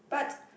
but